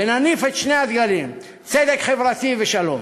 ונניף את שני הדגלים: צדק חברתי ושלום.